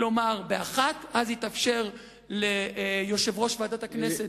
כלומר בשעה 13:00. אז יתאפשר ליושב-ראש ועדת הכנסת,